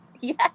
Yes